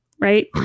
Right